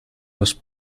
los